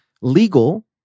legal